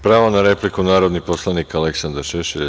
Pravo na repliku, narodni poslanik Aleksandar Šešelj.